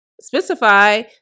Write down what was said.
specify